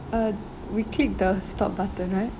uh we click the stop button right